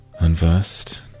Unversed